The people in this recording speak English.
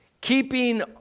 Keeping